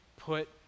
put